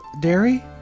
Dairy